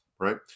right